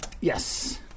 Yes